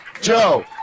Joe